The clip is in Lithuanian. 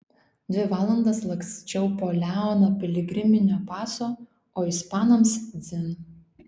dvi valandas laksčiau po leoną piligriminio paso o ispanams dzin